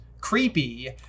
creepy